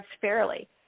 fairly